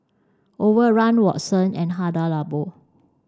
Overrun Watsons and Hada Labo